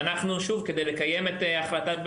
כשאנחנו מבחינתנו נדרשים לפעול בהתאם